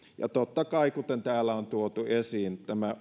ja totta kai kuten täällä on tuotu esiin tämä